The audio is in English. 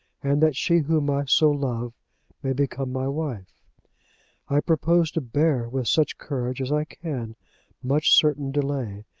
and that she whom i so love may become my wife i propose to bear with such courage as i can much certain delay,